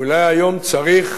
ואולי היום צריך,